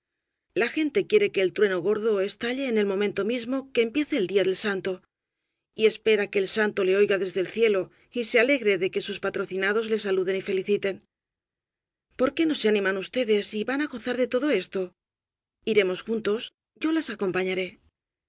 la gente quiere que el trueno gordo estalle en el momento mismo que empiece el día del santo y espera que el santo le oiga desde el cielo y se alegre de que sus patrocinados le saluden y feliciten por qué no se animan ustedes y van á gozar de todo esto iremos juntos yo las acompañaré